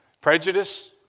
Prejudice